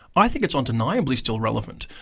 i think it's undeniably still relevant.